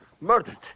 Murdered